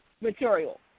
material